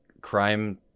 crime